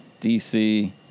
dc